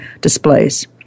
displays